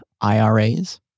IRAs